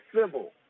civil